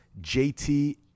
JT